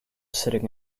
sitting